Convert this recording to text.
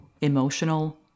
emotional